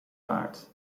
waard